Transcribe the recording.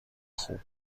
خوب